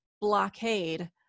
blockade